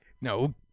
No